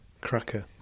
Cracker